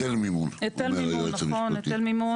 היטל מימון, אומר היועץ המשפטי.